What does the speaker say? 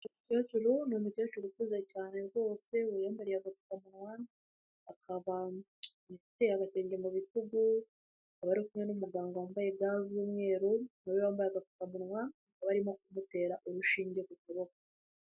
Umukecuru ni umukecuru ukuze cyane rwose wiyambariye agapfakamunwa. Akaba yateye agatenge mu bitugu. Akaba ari kumwe n'umuganga wambaye ga z'umweru nawe wambaye agapfukamunwa ku mweru akaba arimo kumutera urushinge ku kuboko.